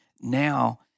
now